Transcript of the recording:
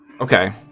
Okay